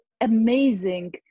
amazing